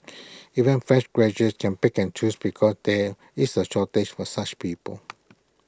even fresh graduates can pick and choose because there is A shortage for such people